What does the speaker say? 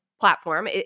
platform